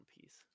piece